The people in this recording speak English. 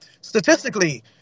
Statistically